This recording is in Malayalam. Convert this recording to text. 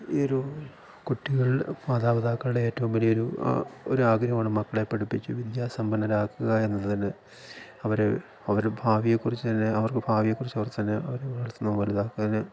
ഈ ഒരു കുട്ടികൾ മാതാപിതാക്കളുടെ ഏറ്റവും വലിയൊരു ഒരാഗ്രഹമാണ് മക്കളെ പഠിപ്പിച്ചു വിദ്യാസമ്പന്നരാക്കുക എന്നതിന് അവർ അവർ ഭാവിയെക്കുറിച്ച് തന്നെ അവർക്ക് ഭാവിയെക്കുറിച്ച് ഓര്ത്തുതന്നെ അവരെ വളര്ത്തുന്നു വലുതാക്കാൻ